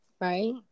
right